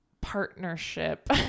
partnership